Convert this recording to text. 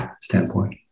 standpoint